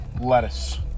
lettuce